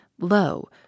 low